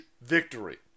victory